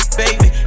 baby